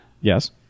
Yes